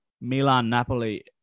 Milan-Napoli